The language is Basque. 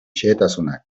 xehetasunak